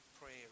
prayer